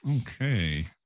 Okay